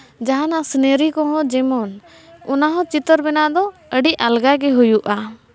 ᱡᱟᱦᱟᱱᱟᱜ ᱥᱤᱱᱟᱨᱤ ᱠᱚᱦᱚᱸ ᱡᱮᱢᱚᱱ ᱚᱱᱟᱦᱚᱸ ᱪᱤᱛᱟᱹᱨ ᱵᱮᱱᱟᱣ ᱫᱚ ᱟᱹᱰᱤ ᱟᱞᱜᱟ ᱜᱮ ᱦᱩᱭᱩᱜᱼᱟ